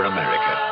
America